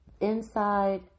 inside